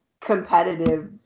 competitive